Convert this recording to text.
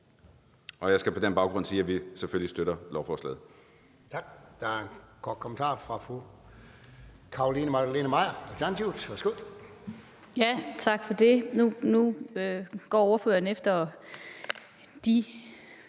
år. Jeg skal på den baggrund sige, at vi selvfølgelig støtter lovforslaget.